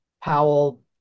Powell